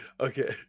okay